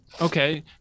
Okay